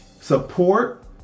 Support